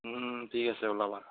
ঠিক আছে ওলাবা